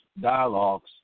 dialogues